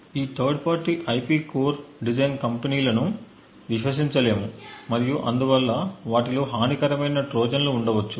ఈ third party IP core design కంపెనీల ను నమ్మలేము మరియు అందువల్ల వాటిలో హానికరమైన ట్రోజన్లు ఉండవచ్చు